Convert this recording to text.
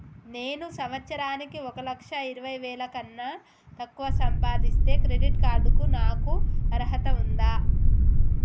నేను సంవత్సరానికి ఒక లక్ష ఇరవై వేల కన్నా తక్కువ సంపాదిస్తే క్రెడిట్ కార్డ్ కు నాకు అర్హత ఉందా?